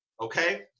okay